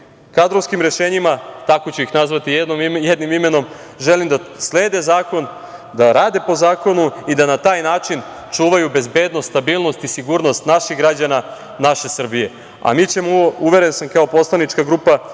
kadrovskim rešenjima, tako ću ih nazvati jednim imenom, želim da slede zakon, da rade po zakonu i da na taj način čuvaju bezbednost, stabilnost i sigurnost naših građana, naše Srbije. A mi ćemo, uveren sam, kao poslanička grupa